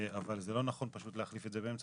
אבל זה לא נכון פשוט להחליף את זה באמצע